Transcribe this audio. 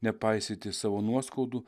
nepaisyti savo nuoskaudų